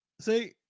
See